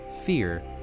fear